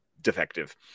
defective